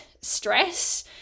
stress